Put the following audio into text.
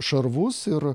šarvus ir